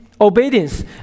obedience